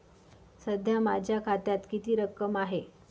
सध्या माझ्या खात्यात किती रक्कम आहे?